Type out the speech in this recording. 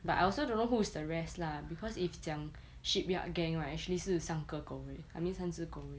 but I also don't know who is the rest lah because if 讲 shipyard gang right actually 是三个狗而已 I means 三只狗而已